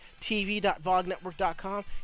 tv.vognetwork.com